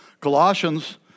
Colossians